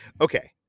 Okay